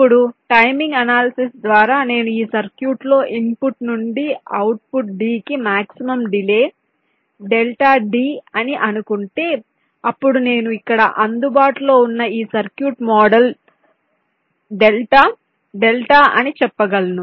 ఇప్పుడు timing analysis ద్వారా నేను ఈ సర్క్యూట్లో ఇన్పుట్ నుండి అవుట్పుట్ D కి మాక్సిమం డిలే డెల్టా D అని అనుకుంటే అప్పుడు నేను ఇక్కడ అందుబాటులో ఉన్న ఈ సర్క్యూట్ మాడ్యూల్ డెల్టా డెల్టా అని చెప్పగలను